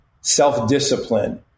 self-discipline